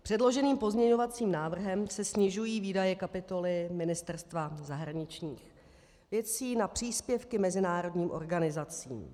Předloženým pozměňovacím návrhem se snižují výdaje kapitoly Ministerstva zahraničních věcí na příspěvky mezinárodním organizacím.